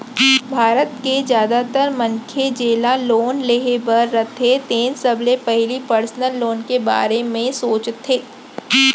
भारत के जादातर मनखे जेला लोन लेहे बर रथे तेन सबले पहिली पर्सनल लोन के बारे म सोचथे